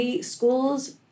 schools